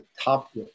top